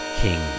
King